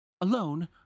alone